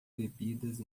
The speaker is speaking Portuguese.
bebidas